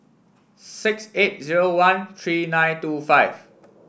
six eight zero one three nine two five